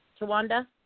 Tawanda